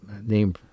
name